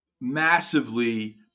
massively